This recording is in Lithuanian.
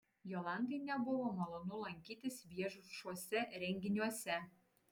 jolantai nebuvo malonu lankytis viešuose renginiuose